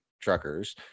truckers